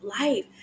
life